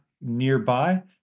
nearby